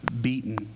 beaten